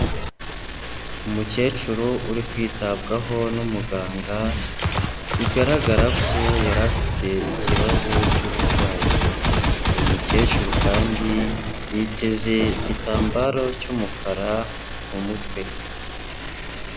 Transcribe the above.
Umukecuru uri kwitabwaho n'umuganga bigaragara ko yari afite ikibazo cy'uburwayi, uyu mukecuru kandi yiteze igitambaro cy'umukara mu mutwe.